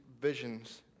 visions